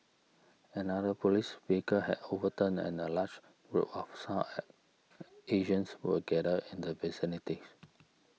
another police vehicle had overturned and a large group of South at Asians were gathered in the vicinities